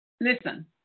listen